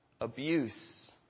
abuse